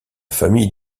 famille